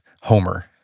Homer